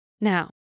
Now